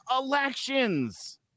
elections